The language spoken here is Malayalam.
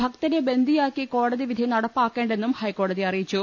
ഭക്തരെ ബന്ദിയാക്കി കോടതി വിധി നട പ്പാക്കേണ്ടെന്നും ഹൈക്കോടതി അറിയിച്ചു